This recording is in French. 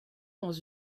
dans